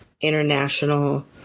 international